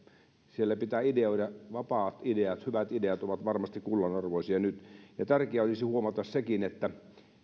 siellä pitää ideoida vapaat ideat hyvät ideat ovat varmasti kullanarvoisia nyt tärkeää olisi huomata sekin että